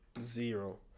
Zero